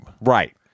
Right